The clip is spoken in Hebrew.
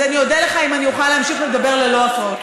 אז אני אודה לך אם אני אוכל להמשיך לדבר ללא הפרעות.